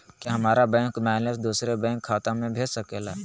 क्या हमारा bank balance दूसरे बैंक खाता में भेज सके ला?